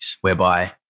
whereby